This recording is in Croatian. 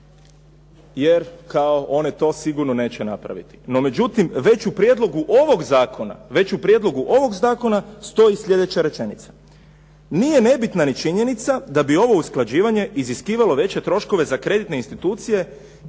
jer kao one to sigurno neće napraviti. No, međutim, već u prijedlogu ovoga zakona, već u prijedlogu ovoga zakona stoji sljedeća rečenica. Nije nebitna ni činjenica da bi ovo usklađivanje iziskivalo veće troškove za kreditne institucije